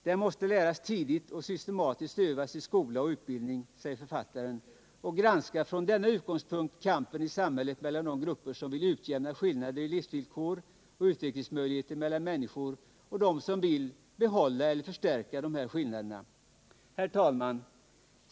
Den måste läras tidigt och systematiskt övas i skola och utbildning”, säger författaren och granskar från denna utgångspunkt kampen i samhället mellan de grupper som vill utjämna skillnader i livsvillkor och utvecklingsmöjligheter mellan människor och dem som vill behålla eller förstärka dessa skillnader. Herr talman!